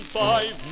five